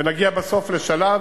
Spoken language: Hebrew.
ונגיע בסוף לשלב,